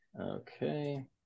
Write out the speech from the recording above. Okay